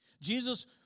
Jesus